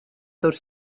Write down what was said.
tur